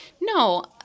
no